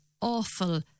awful